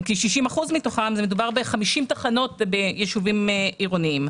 מדובר בכ-50 תחנות בישובים עירוניים.